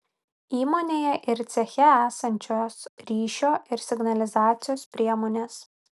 įmonėje ir ceche esančios ryšio ir signalizacijos priemonės